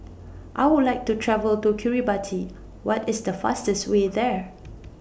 I Would like to travel to Kiribati What IS The fastest Way There